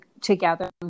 together